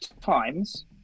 times